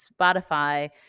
Spotify